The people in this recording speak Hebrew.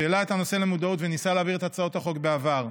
שהעלה את הנושא למודעות וניסה להעביר את הצעות החוק בעבר.